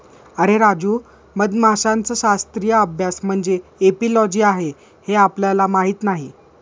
अरे राजू, मधमाशांचा शास्त्रीय अभ्यास म्हणजे एपिओलॉजी आहे हे आपल्याला माहीत नाही